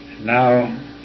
Now